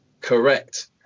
Correct